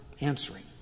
answering